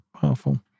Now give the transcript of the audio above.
Powerful